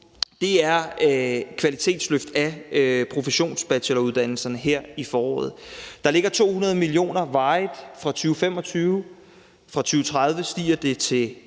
på, er kvalitetsløft af professionsbacheloruddannelserne her i foråret. Der ligger 200 mio. kr. varigt fra 2025. Fra 2030 stiger det til